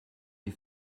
les